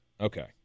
okay